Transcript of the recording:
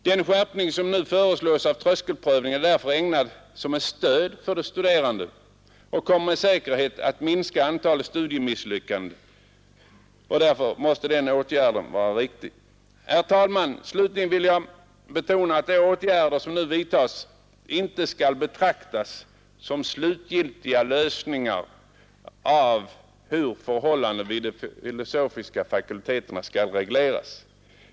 Den skärpning som föreslås av tröskelprövningen är därför ägnad som ett stöd åt de studerande och kommer med säkerhet att minska antalet studiemisslyckanden. Därför måste den åtgärden vara riktig. Jag vill slutligen betona att de åtgärder, som nu vidtas, inte skall betraktas som slutgiltiga lösningar av hur förhållandena vid de filosofiska fakulteterna skall regleras.